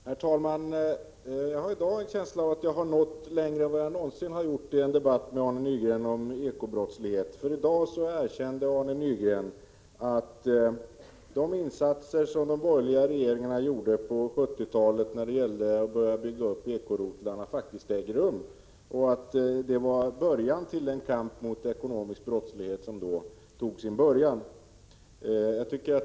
Herr talman! Jag har en känsla av att jag i dag har nått längre än någonsin tidigare i en debatt med Arne Nygren om ekobrottslighet. I dag erkände Arne Nygren att de insatser som de borgerliga regeringarna gjorde på 1970-talet när det gällde att börja bygga upp ekorotlarna faktiskt ägde rum och att det var kampen mot den ekonomiska brottsligheten som då tog sin början.